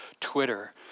Twitter